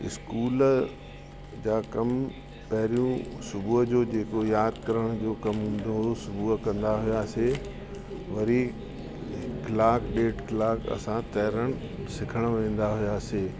school जा कमु पहिरियों सुबुह जो जेको यादि करण जो कमु हूंदो हुअसि उहो कंदा हुआसीं वरी कलाक ॾेढु कलाक असां तरण सिखण वेंदा हुआसीं